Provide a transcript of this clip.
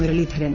Muraleedharan